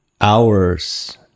hours